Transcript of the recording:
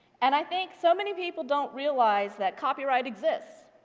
and i think so many people don't realize that copyright exists,